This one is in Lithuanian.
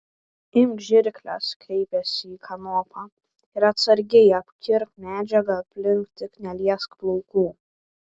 imk žirkles kreipėsi į kanopą ir atsargiai apkirpk medžiagą aplink tik neliesk plaukų